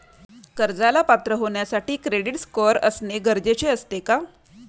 कर्जाला पात्र होण्यासाठी क्रेडिट स्कोअर असणे गरजेचे असते का?